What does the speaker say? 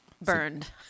burned